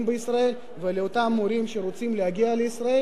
בישראל ולאותם מורים שרוצים להגיע לישראל,